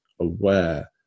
aware